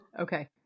Okay